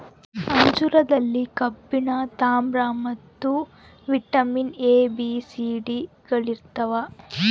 ಅಂಜೂರದಲ್ಲಿ ಕಬ್ಬಿಣ ತಾಮ್ರ ಮತ್ತು vitamin A B C D ಗಳಿರ್ತಾವ